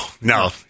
no